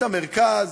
את המרכז,